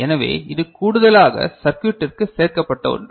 எனவே இது கூடுதலாக சர்க்யூட்டிற்கு சேர்க்கப்பட்ட ஒன்று